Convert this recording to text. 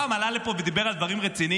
פעם הוא עלה לפה ודיבר על דברים רציניים,